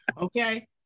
okay